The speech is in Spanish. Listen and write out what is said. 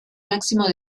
máximo